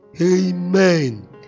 Amen